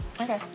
Okay